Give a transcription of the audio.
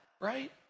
right